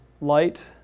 light